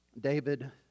David